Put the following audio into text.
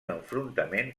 enfrontament